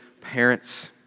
parents